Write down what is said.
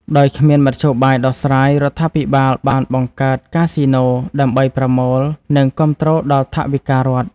ដោយគ្មានមធ្យោបាយដោះស្រាយ រដ្ឋាភិបាលបានបង្កើតកាស៊ីណូ ដើម្បីប្រមូល និងគាំទ្រដល់ថវិការដ្ឋ។